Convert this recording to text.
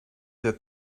that